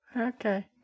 Okay